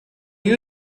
you